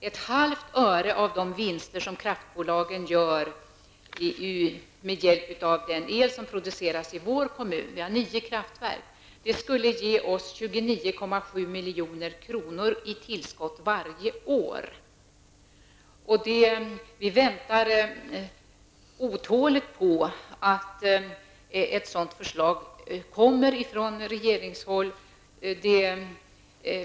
Ett halvt öre av de vinster som kraftbolagen gör med hjälp av den el som produceras i Ragunda kommun -- vi har nio kraftverk -- skulle ge oss 29,7 milj.kr. i tillskott varje år. Vi väntar otåligt på ett sådant förslag från regeringshåll.